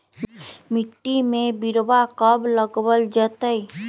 मिट्टी में बिरवा कब लगवल जयतई?